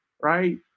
right